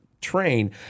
train